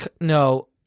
No